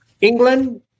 England